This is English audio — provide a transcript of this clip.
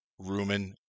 Rumen